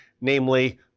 namely